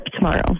tomorrow